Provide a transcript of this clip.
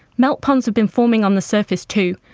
melt ponds have been forming on the surface too,